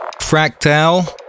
Fractal